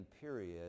period